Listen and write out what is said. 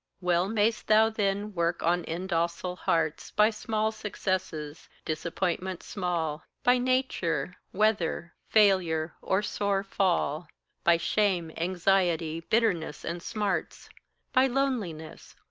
well mayst thou then work on indocile hearts by small successes, disappointments small by nature, weather, failure, or sore fall by shame, anxiety, bitterness, and smarts by loneliness,